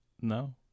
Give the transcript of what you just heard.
No